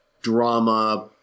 drama